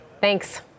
thanks